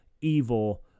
evil